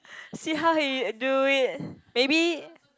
see how he do it maybe